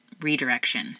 redirection